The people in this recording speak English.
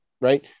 right